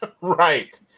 Right